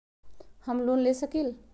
हम लोन ले सकील?